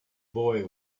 boy